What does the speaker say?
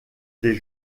des